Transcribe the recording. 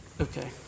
Okay